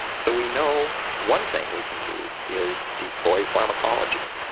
so we know one thing we can do is deploy pharmacology.